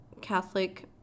Catholic